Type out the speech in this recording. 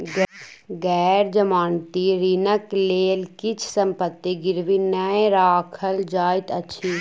गैर जमानती ऋणक लेल किछ संपत्ति गिरवी नै राखल जाइत अछि